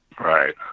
Right